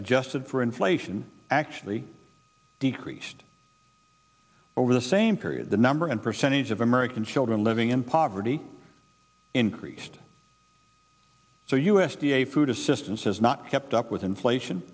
adjusted for inflation actually decreased over the same period the number and percentage of american children living in poverty increased so u s d a food assistance has not kept up with inflation